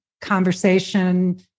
conversation